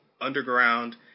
underground